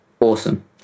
awesome